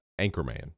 Anchorman